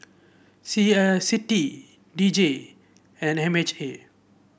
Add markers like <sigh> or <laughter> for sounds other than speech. C I <unintelligible> D J and M H A